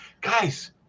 Guys